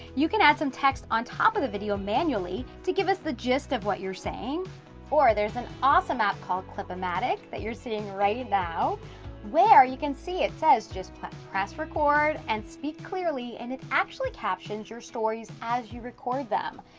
you can add some text on top of the video manually to give us the jist of what you're saying or there's an awesome app called clipomatic that you're seeing right now where you can see it says, just press record and speak clearly and it actually captions your stories as you record them.